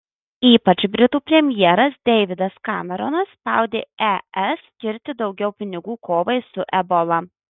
ypač britų premjeras deividas kameronas spaudė es skirti daugiau pinigų kovai su ebola